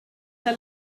her